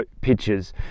pictures